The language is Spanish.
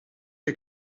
que